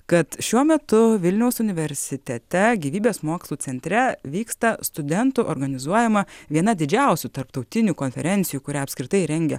kad šiuo metu vilniaus universitete gyvybės mokslų centre vyksta studentų organizuojama viena didžiausių tarptautinių konferencijų kurią apskritai rengia